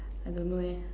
I don't know leh